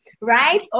right